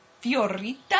Fiorita